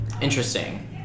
Interesting